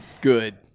good